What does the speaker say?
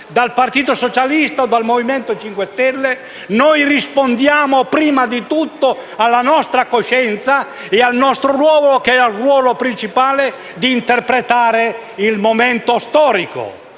dal Partito Socialista o dal Movimento 5 Stelle, rispondiamo prima di tutto alla nostra coscienza e al nostro ruolo principale che è quello di interpretare il momento storico,